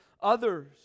others